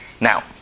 Now